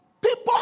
people